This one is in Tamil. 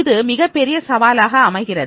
இது மிகப்பெரிய சவாலாக அமைகிறது